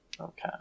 Okay